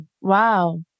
Wow